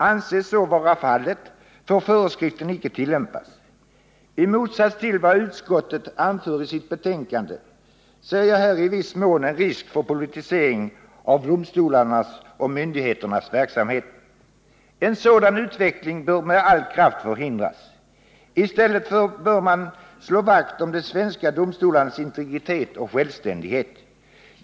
Anses så vara fallet, får föreskriften icke tillämpas. I motsats till vad utskottet anför i sitt betänkande ser jag en risk för en viss politisering av domstolarnas och myndigheternas verksamhet. En sådan utveckling bör med all kraft hindras. I stället bör man slå vakt om de svenska domstolarnas integritet och självständighet.